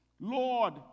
Lord